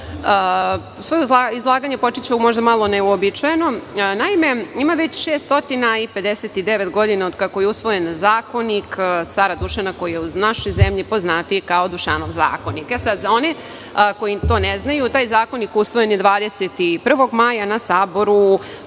svoje izlaganje ću možda početi malo neuobičajeno. Naime, ima već 659 godina od kako je usvojen Zakonik cara Dušana, koji je u našoj zemlji poznatiji kao Dušanov zakonik. Za one koji to ne znaju, taj zakonik usvojen je 21. maja na Saboru